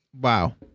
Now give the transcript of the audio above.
wow